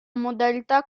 modalità